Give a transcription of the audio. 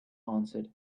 answered